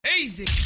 Easy